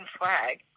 flag